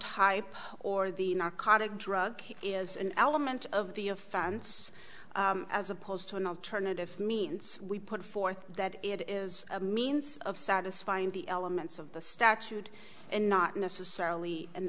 hype or the narcotic drug is an element of the offense as opposed to an alternative means we put forth that it is a means of satisfying the elements of the statute and not necessarily an